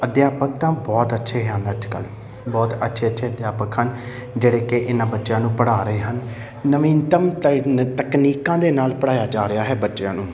ਅਧਿਆਪਕ ਤਾਂ ਬਹੁਤ ਅੱਛੇ ਹਨ ਅੱਜ ਕੱਲ੍ਹ ਬਹੁਤ ਅੱਛੇ ਅੱਛੇ ਅਧਿਆਪਕ ਹਨ ਜਿਹੜੇ ਕਿ ਇਹਨਾਂ ਬੱਚਿਆਂ ਨੂੰ ਪੜ੍ਹਾ ਰਹੇ ਹਨ ਨਵੀਨਤਮ ਤਾਇਨ ਤਕਨੀਕਾਂ ਦੇ ਨਾਲ ਪੜ੍ਹਾਇਆ ਜਾ ਰਿਹਾ ਹੈ ਬੱਚਿਆਂ ਨੂੰ